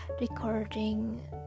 recording